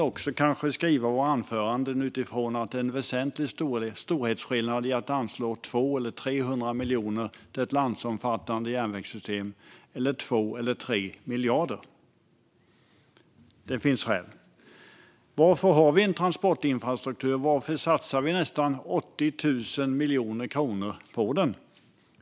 När vi skriver våra anföranden ska vi också tänka på att det är en väsentlig storhetsskillnad när man anslår 200 eller 300 miljoner till ett landsomfattande järnvägssystem eller 2 eller 3 miljarder. Det finns skäl till det. Varför har vi en transportinfrastruktur, och varför satsar vi nästan 80 000 miljoner kronor på den?